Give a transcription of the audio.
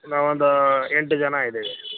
ನಾವೊಂದು ಎಂಟು ಜನ ಇದ್ದೀವಿ